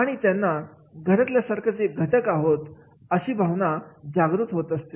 आणि त्यांना घरातलाच एक घटक आहोत अशी जाणीव निर्माण होते